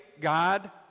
God